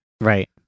Right